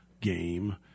game